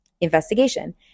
investigation